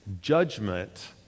judgment